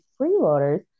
freeloaders